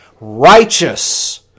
Righteous